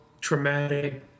traumatic